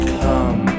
come